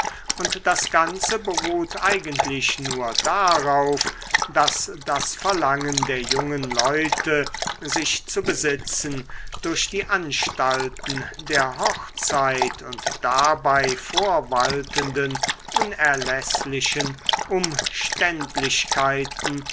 und das ganze beruht eigentlich nur darauf daß das verlangen der jungen leute sich zu besitzen durch die anstalten der hochzeit und dabei vorwaltenden unerläßlichen umständlichkeiten